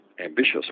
ambitious